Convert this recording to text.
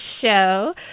show